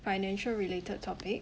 financial related topic